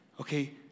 Okay